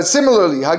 Similarly